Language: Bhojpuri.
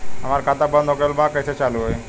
हमार खाता बंद हो गईल बा कैसे चालू होई?